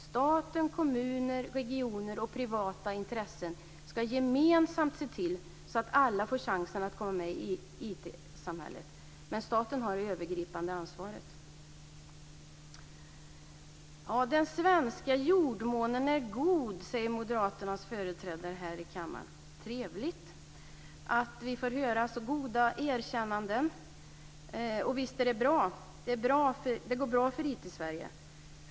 Stat, kommuner, regioner och privata intressen ska gemensamt se till att alla får chansen att komma med i IT samhället, men staten har det övergripande ansvaret. Den svenska jordmånen är god, säger Moderaternas företrädare här i kammaren. Trevligt att vi får höra så goda erkännanden. Och visst är det bra. Det går bra för IT-Sverige.